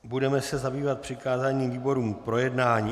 Budeme se zabývat přikázáním výborům k projednání.